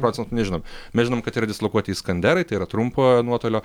procentų nežinom mes žinom kad yra dislokuoti iskanderai tai yra trumpojo nuotolio